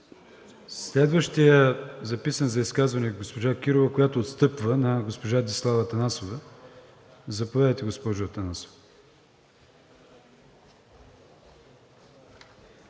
Следващият записан за изказване е госпожа Кирова, която отстъпва на госпожа Десислава Атанасова. Заповядайте, госпожо Атанасова.